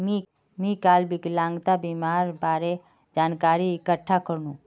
मी काल विकलांगता बीमार बारे जानकारी इकठ्ठा करनु